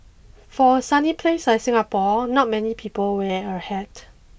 for a sunny place like Singapore not many people wear a hat